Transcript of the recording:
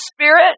spirit